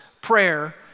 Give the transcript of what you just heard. prayer